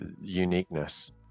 uniqueness